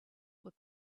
were